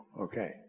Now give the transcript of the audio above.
Okay